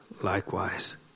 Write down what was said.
likewise